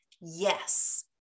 Yes